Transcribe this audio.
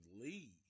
Lee